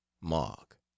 MARK